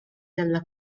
dalla